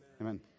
Amen